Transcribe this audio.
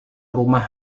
rumah